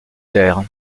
taire